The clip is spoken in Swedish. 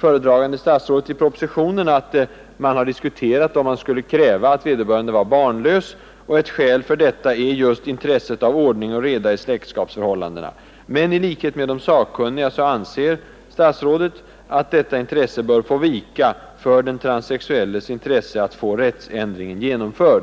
Föredragande statsrådet säger i propositionen att man har diskuterat, om man skulle kräva att vederbörande var barnlös, och ett skäl för detta är just intresset för ordning och reda i släktskapsförhållandena. Men i likhet med de sakkunniga anser statsrådet att detta intresse bör få vika för den transsexuelles intresse att få rättsändringen genomförd.